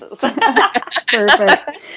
Perfect